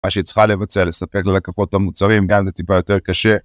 מה שהיא צריכה לבצע, לספק ללקוחות את המוצרים, גם זה טיפה יותר קשה.